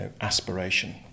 aspiration